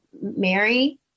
Mary